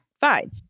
fine